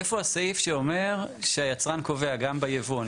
איפה הסעיף שאומר שהיצרן קובע גם ביבוא?